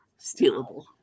stealable